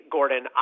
Gordon